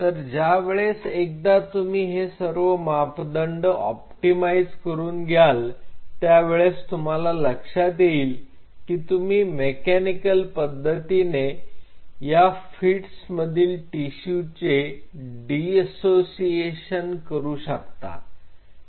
तर ज्या वेळेस एकदा तुम्ही हे सर्व मापदंड ऑप्टिमाइज करून घ्याल त्यावेळेस तुम्हाला लक्षात येईल की तुम्ही मेकॅनिकल पद्धतीने या फिटस मधील टीशूचे डीसोसिएशन करू शकता